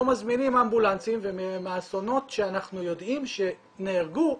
מזמינים אמבולנסים ומהאסונות שאנחנו יודעים שנהרגו,